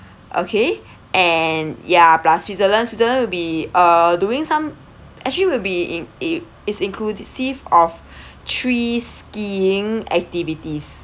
okay and ya plus switzerland switzerland will be uh doing some actually will be in it is inclusive of three skiing activities